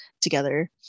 together